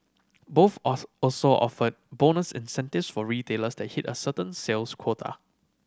both also also offered bonus incentives for retailers that hit a certain sales quota